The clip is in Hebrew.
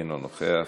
אינו נוכח,